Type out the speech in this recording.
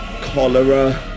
cholera